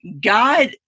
god